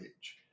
age